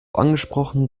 angesprochen